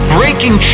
breaking